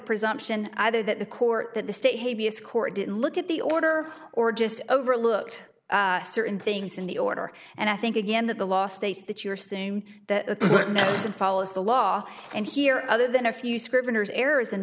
presumption either that the court that the state court didn't look at the order or just overlooked certain things in the order and i think again that the law states that your soon the medicine follows the law and here other than a few scrivener's errors in